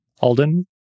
Alden